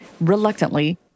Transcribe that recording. reluctantly